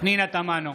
פנינה תמנו,